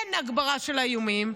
אין הגברה של האיומים.